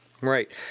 Right